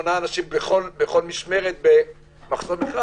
שמונה אנשים בכל משמרת במחסום אחד.